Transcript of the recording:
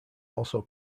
also